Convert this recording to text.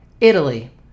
Italy